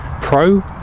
pro